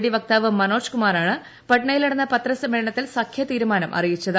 D വക്താവ് മനോജ് കുമാറാണ് പട്നയിൽ നടന്ന പത്രസമ്മേളനത്തിൽ സഖ്യ തീരുമാനം അറിയിച്ചത്